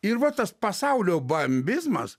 ir va tas pasaulio bambizmas